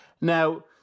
Now